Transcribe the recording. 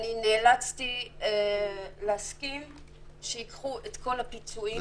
נאלצתי להסכים שייקחו את כל הפיצויים,